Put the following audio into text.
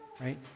right